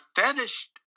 finished